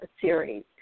series